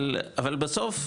אבל בסוף,